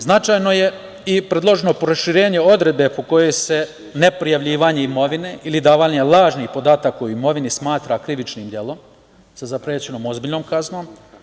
Značajno je i predloženo proširenje odredbe po kojoj se ne prijavljivanje imovine ili davanje lažnih podataka o imovini smatra krivičnim delom, sa zaprećenom ozbiljnom kaznom.